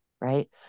Right